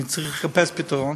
אני צריך לחפש פתרון.